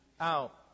out